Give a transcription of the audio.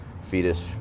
fetish